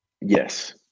Yes